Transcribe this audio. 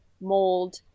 mold